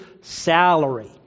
salary